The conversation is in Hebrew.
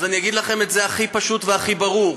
אז אני אגיד לכם את זה הכי פשוט והכי ברור: